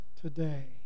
today